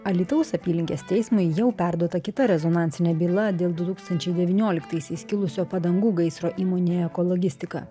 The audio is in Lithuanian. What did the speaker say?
alytaus apylinkės teismui jau perduota kita rezonansinė byla dėl du tūkstančiai devynioliktaisiais kilusio padangų gaisro įmonėje ekologistika